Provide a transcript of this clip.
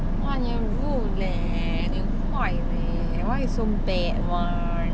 !wah! 你很 rude leh 你很坏 leh why you so bad [one]